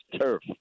turf